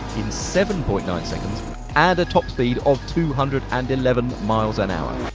seven point nine seconds and a top speed of two hundred and eleven mph.